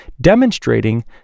demonstrating